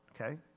Okay